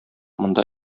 монда